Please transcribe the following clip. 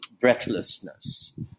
breathlessness